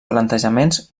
plantejaments